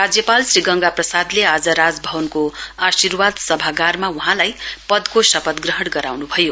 राज्यपाल श्री गंगा प्रसादले आज राजभवनको आर्शिबाद सभागारमा वहाँलाई पदको शपथ ग्रहण गराउन्भयो